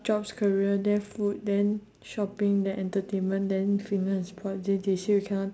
jobs career then food then shopping then entertainment then fitness prompt then they say cannot